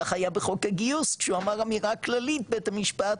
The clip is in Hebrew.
ככה היה בחוק הגיוס כשהוא אמר אמירה כללית בית המשפט,